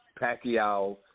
Pacquiao